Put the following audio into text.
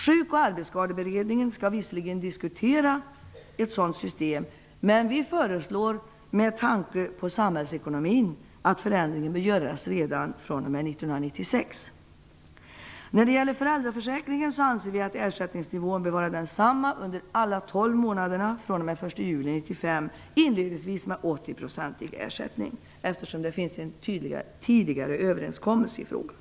Sjuk och arbetsskadeberedningen skall visserligen diskutera ett sådant system, men vi säger - med tanke på samhällsekonomin - att förändringen bör göras och få gälla redan fr.o.m.1996. När det gäller föräldraförsäkringen anser vi att ersättningsnivån fr.o.m. den 1 juli 1995 bör vara densamma under alla tolv månaderna, inledningsvis med 80 % ersättning. Det finns ju en tidigare överenskommelse i frågan.